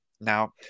Now